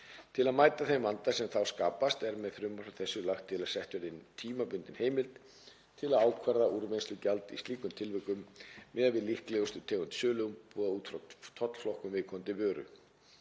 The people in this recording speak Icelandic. Til að mæta þeim vanda sem þá skapast er með frumvarpi þessu lagt til að sett verði tímabundin heimild til að ákvarða úrvinnslugjald í slíkum tilvikum miðað við líklegustu tegund söluumbúða út frá tollflokkun viðkomandi vöru.